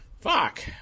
fuck